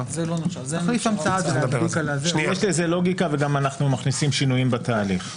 וגם אנחנו מכניסים שינויים בתהליך.